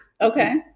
Okay